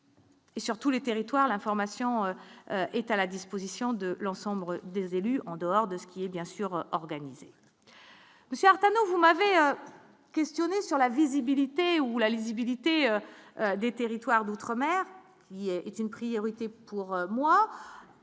Et surtout, les territoires, l'information est à la disposition de l'ensemble regroupe des élus en dehors de ce qui est bien sûr organisée. Certains vous m'avez questionné sur la visibilité ou la lisibilité des territoires d'outre-mer. Est une priorité pour moi